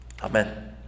Amen